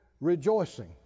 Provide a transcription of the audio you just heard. rejoicing